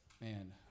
man